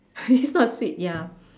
it's not sweet ya